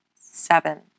Seven